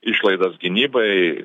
išlaidas gynybai